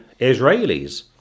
Israelis